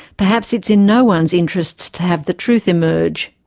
perhaps it's in no-one's interests to have the truth emerge.